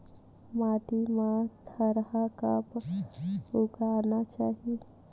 माटी मा थरहा कब उगाना चाहिए?